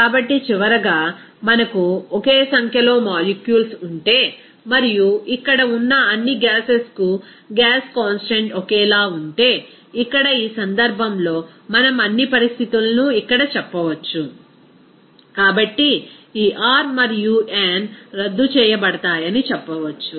కాబట్టి చివరగా మనకు ఒకే సంఖ్యలో మాలిక్యూల్స్ ఉంటే మరియు ఇక్కడ ఉన్న అన్ని గ్యాసెస్ కు గ్యాస్ కాన్స్టాంట్ ఒకేలా ఉంటే ఇక్కడ ఈ సందర్భంలో మనం అన్ని పరిస్థితులను ఇక్కడ చెప్పవచ్చు కాబట్టి ఈ R మరియు n రద్దు చేయబడతాయని చెప్పవచ్చు